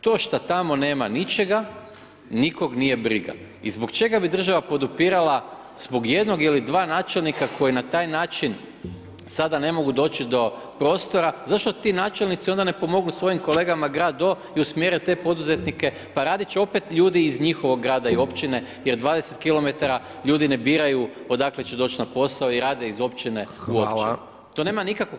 To šta tamo nema ničega, nikog nije briga i zbog čega bi država podupirala, zbog jednog ili dva načelnika koji na taj način sada ne mogu doći do prostora, zašto ti načelnici onda ne pomognu svojim kolegama … i usmjere te poduzetnike, pa radit će opet ljudi iz njihovog grada i općine jer 20 kilometara ljudi ne biraju odakle će doći na posao i rade iz općine u općinu, to nema nikakvog